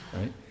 right